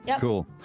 Cool